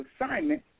assignment